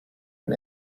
own